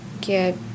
get